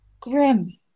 Grim